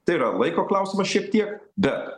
tai yra laiko klausimas šiek tiek bet